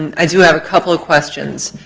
i do have a couple of questions.